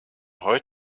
heute